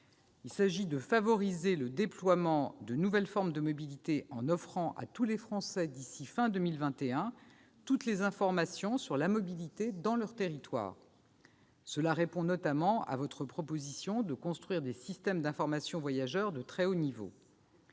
il s'agit de favoriser le déploiement de nouvelles formes de mobilité en offrant à tous les Français, d'ici à la fin de 2021, toutes les informations sur la mobilité dans leur territoire. Cela répond notamment à votre proposition de construire des systèmes d'information des voyageurs de très haut niveau.